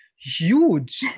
huge